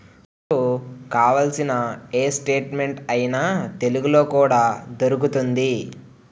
మనకు కావాల్సిన ఏ స్టేట్మెంట్ అయినా తెలుగులో కూడా దొరుకుతోంది